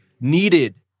needed